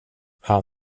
han